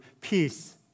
peace